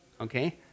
okay